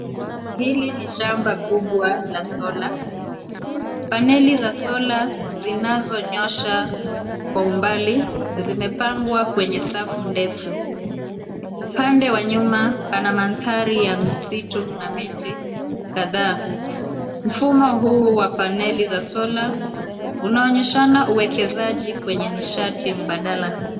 Hili ni shamba kubwa la sola. Paneli za sola zinazonyosha kwa umbali zimepangwa kwenye safu ndefu. Upande wa nyuma pana mandhari ya misitu na miti kadhaa. Mfumo huu wa paneli za sola unaonyesha uwekezaji kwenye nishati mbadala.